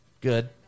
good